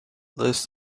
list